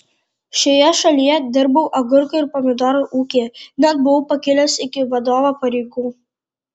šioje šalyje dirbau agurkų ir pomidorų ūkyje net buvau pakilęs iki vadovo pareigų